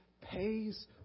pays